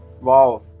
Wow